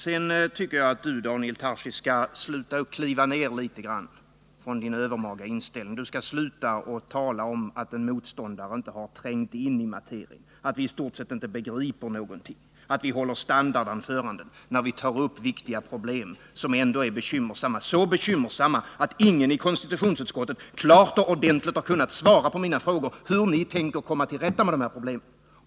Sedan tycker jag att Daniel Tarschys skall kliva ned litet grand från sin upphöjda position och sluta tala om att en motståndare inte har trängt in i materien, att vi i stort sett inte begriper någonting, att vi håller standardanföranden när vi tar upp viktiga problem, som ändå inger bekymmer — de är så svåra att ingen i konstitutionsutskottet klart och ordentligt har kunnat svara på mina frågor hur ni tänker komma till rätta med dem.